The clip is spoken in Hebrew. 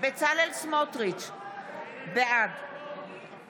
בצלאל סמוטריץ' בעד